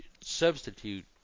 substitute